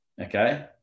Okay